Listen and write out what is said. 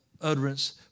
utterance